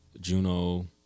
Juno